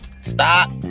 Stop